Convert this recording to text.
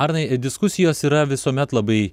arnai diskusijos yra visuomet labai